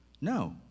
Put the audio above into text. No